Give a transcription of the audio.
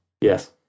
Yes